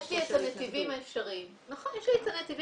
יש לי את הנתיבים האפשריים להתמודד,